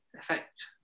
effect